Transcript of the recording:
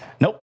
Nope